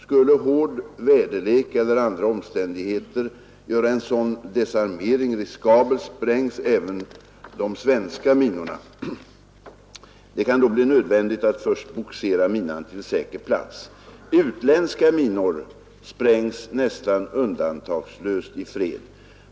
Skulle hård väderlek eller andra omständigheter göra en sådan desarmering riskabel sprängs även de svenska minorna. Det kan då bli nödvändigt att först bogsera minan till säker plats. Utländska minor sprängs nästan undantagslöst i fred.